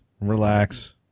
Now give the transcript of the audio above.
relax